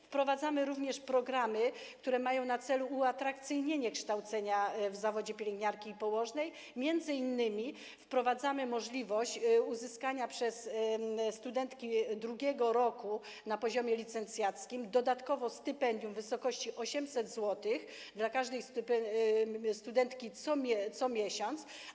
Wprowadzamy również programy, które mają na celu uatrakcyjnienie kształcenia w zawodzie pielęgniarki i położnej, m.in. wprowadzamy możliwość uzyskania przez studentki drugiego roku na poziomie licencjackim dodatkowo stypendium w wysokości 800 zł co miesiąc.